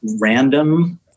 random